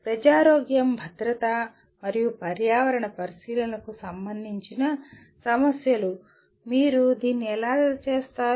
ప్రజారోగ్యం భద్రత మరియు పర్యావరణ పరిశీలనకు సంబంధించిన సమస్యలు మీరు దీన్ని ఎలా చేస్తారు